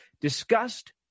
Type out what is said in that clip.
discussed